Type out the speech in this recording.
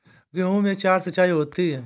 गेहूं में चार सिचाई होती हैं